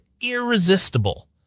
irresistible